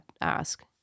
ask